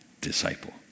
disciple